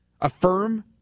affirm